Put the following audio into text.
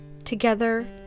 Together